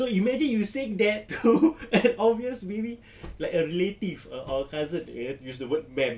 so you imagine you say that to an obvious maybe like a relative or a cousin where you have to use the word ma'am